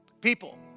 people